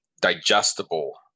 digestible